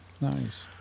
Nice